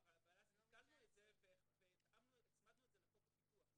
אבל אנחנו ביטלנו את זה והצמדנו לחוק הפיקוח.